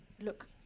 look